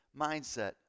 mindset